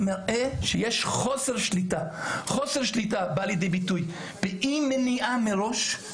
זה מראה שיש חוסר שליטה וזה בא לידי ביטוי באי מניעה מראש,